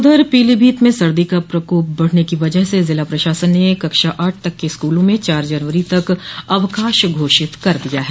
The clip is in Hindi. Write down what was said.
उधर पीलीभीत में सर्दी का प्रकोप बढ़ने की वजह से ज़िला प्रशासन ने कक्षा आठ तक के स्कूलों में चार जनवरी तक अवकाश घोषित कर दिया है